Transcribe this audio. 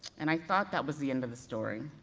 and i thought that was the end of the story.